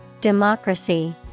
Democracy